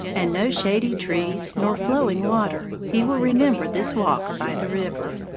and no shady trees nor flowing water, he will remember this walk by the river.